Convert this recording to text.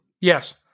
Yes